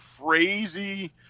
crazy